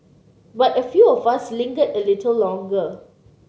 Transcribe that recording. but a few of us lingered a little longer